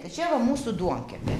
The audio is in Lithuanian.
tai čia va mūsų duonkepė